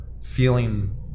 feeling